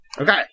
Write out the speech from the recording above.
Okay